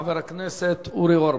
חבר הכנסת אורי אורבך.